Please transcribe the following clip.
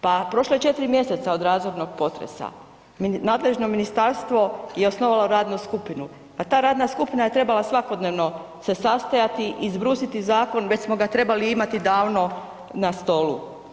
Pa prošlo je 4 mjeseca od razornog potresa, nadležno ministarstvo je osnovalo radnu skupinu, pa ta radna skupina je trebala svakodnevno se sastajati, izbrusiti zakon već smo ga trebali imati davno na stolu.